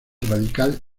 radical